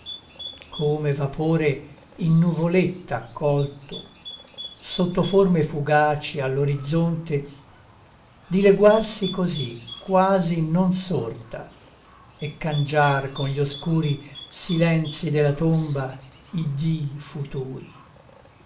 come vapore in nuvoletta accolto sotto forme fugaci all'orizzonte dileguarsi così quasi non sorta e cangiar con gli oscuri silenzi della tomba i dì futuri